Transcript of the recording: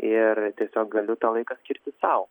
ir tiesiog galiu tą laiką skirti sau